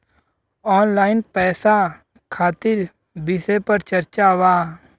Online पैसा खातिर विषय पर चर्चा वा?